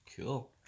Cool